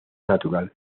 natural